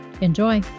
Enjoy